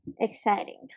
exciting